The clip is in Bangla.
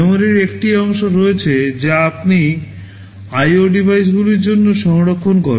মেমোরির একটি অংশ রয়েছে যা আপনি আইও ডিভাইসগুলির জন্য সংরক্ষণ করেন